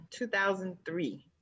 2003